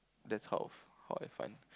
that's how how I find